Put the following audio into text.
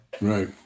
Right